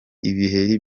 ibiheri